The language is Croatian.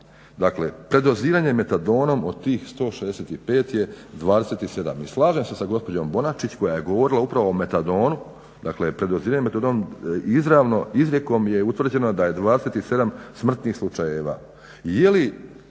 Dakle, predoziranje metadonom od tih 165 je 27. I slažem se sa gospođom Bonačić koja je govorila upravo o metadonu, dakle predoziranjem metadonom izravno izrijekom je utvrđeno da je 27 smrtnih slučajeva.